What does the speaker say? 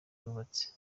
bubatse